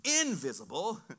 invisible